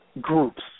groups